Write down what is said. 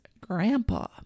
Grandpa